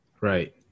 Right